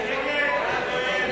ההסתייגות של קבוצת סיעת מרצ